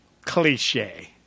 cliche